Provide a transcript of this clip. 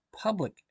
public